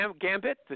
Gambit